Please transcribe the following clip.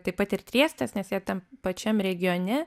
taip pat ir triestas nes jie tam pačiam regione